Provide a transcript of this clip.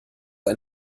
ein